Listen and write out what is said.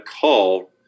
call